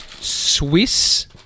Swiss